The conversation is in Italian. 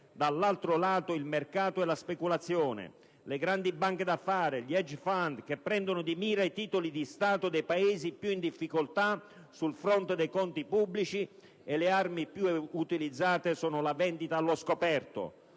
dall'altra, il mercato e la speculazione, le grandi banche d'affari, gli *hedge* *fund*, che prendono di mira i titoli di Stato dei Paesi più in difficoltà sul fronte dei conti pubblici (e le armi più utilizzate sono la vendita allo scoperto,